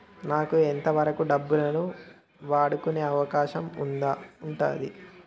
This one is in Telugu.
నాకు ఎంత వరకు డబ్బులను వాడుకునే అవకాశం ఉంటది?